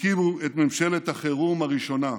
הקימו את ממשלת החירום הראשונה,